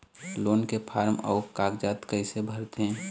Loan के form अऊ कागजात कइसे भरथें?